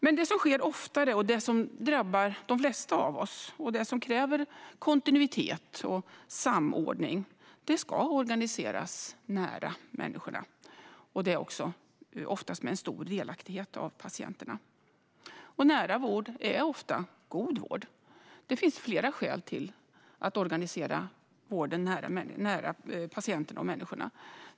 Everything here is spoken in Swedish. Men det som sker oftare, det som drabbar de flesta av oss och det som kräver kontinuitet och samordning ska organiseras nära människorna. Det sker också oftast med en stor delaktighet av patienterna. Nära vård är ofta god vård. Det finns flera skäl till att organisera vården nära patienterna och människorna.